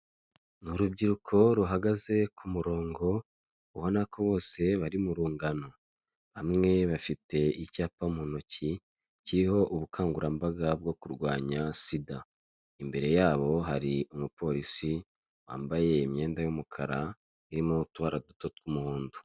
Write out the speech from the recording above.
Ni urubyiruko ruhagaze ku murongo, ubona ko bose bari mu rungano. Bamwe bafite icyapa mu ntoki, kiriho ubukangurambaga bwo kurwanya sida. Imbere yabo hari umupolisi wambaye imyenda y'umukara, irimo utubara duto tw'umuhondo.